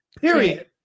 Period